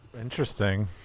Interesting